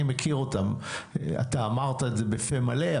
אני מכיר אותם, אתה אמרת את זה בפה מלא.